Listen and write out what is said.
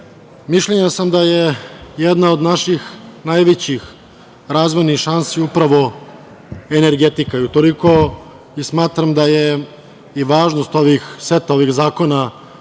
mišljenja sam da je jedna od naših najvećih razvojnih šansi upravo energetika i utoliko smatram da je i važnost seta ovih zakona